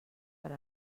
per